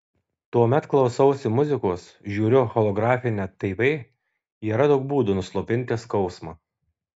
tuomet klausausi muzikos žiūriu holografinę tv yra daug būdų nuslopinti skausmą